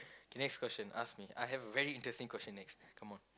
next question ask me I have very interesting question next come on